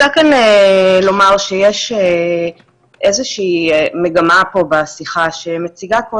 לומר שיש איזושהי מגמה פה בשיחה שמציגה כל